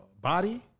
body